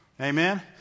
Amen